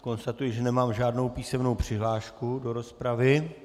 Konstatuji, že nemám žádnou písemnou přihlášku do rozpravy.